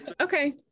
Okay